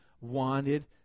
wanted